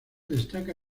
destaca